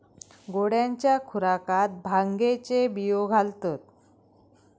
घोड्यांच्या खुराकात भांगेचे बियो घालतत